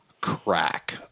crack